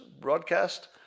broadcast